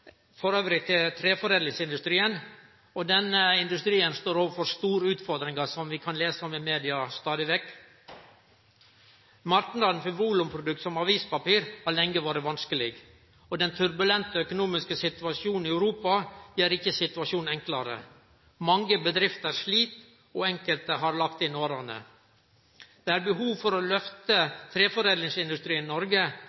til treforedlingsindustrien. Den industrien står overfor store utfordringar, som vi kan lese om i media stadig vekk. Marknaden for volumprodukt, som avispapir, har lenge vore vanskeleg. Den turbulente økonomiske situasjonen i Europa gjer ikkje situasjonen enklare. Mange bedrifter slit, og enkelte har lagt inn årene. Det er behov for å